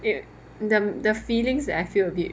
if the the feelings that I feel a bit